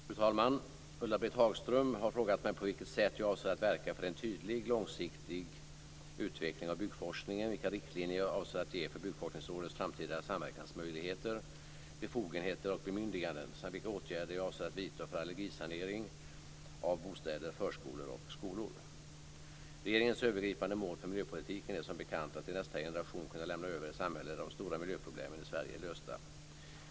Fru talman! Ulla-Britt Hagström har frågat mig på vilket sätt jag avser att verka för en tydlig, långsiktig utveckling av byggforskningen, vilka riktlinjer jag avser att ge för Byggforskningsrådets framtida samverkansmöjligheter, befogenheter och bemyndiganden samt vilka åtgärder jag avser att vidta för allergisanering av bostäder, förskolor och skolor. Regeringens övergripande mål för miljöpolitiken är som bekant att till nästa generation kunna lämna över ett samhälle där de stora miljöproblemen i Sverige är lösta.